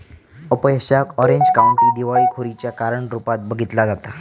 अपयशाक Orange County दिवाळखोरीच्या कारण रूपात बघितला जाता